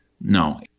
No